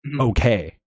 okay